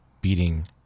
beating